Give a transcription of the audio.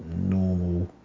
normal